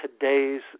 today's